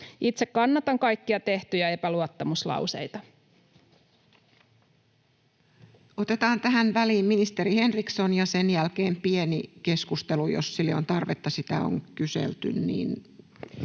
Itse kannatan kaikkia tehtyjä epäluottamuslauseita. Otetaan tähän väliin ministeri Henriksson, ja sen jälkeen pieni keskustelu, jos sille on tarvetta — sitä on kyselty.